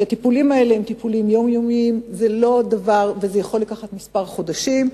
כי הטיפולים האלה הם טיפולים יומיומיים וזה יכול לקחת כמה חודשים.